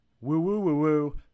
Woo-woo-woo-woo